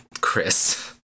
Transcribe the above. Chris